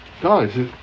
guys